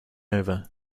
over